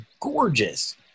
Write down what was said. gorgeous